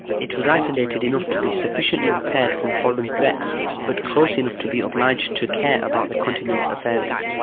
it was isolated enough to be sufficiently repaired from foreign threats but close enough to be obliged to care about the continent's affairs.